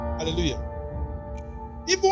Hallelujah